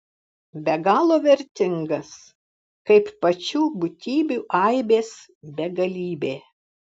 be galo vertingas kaip pačių būtybių aibės begalybė